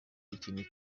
ikintu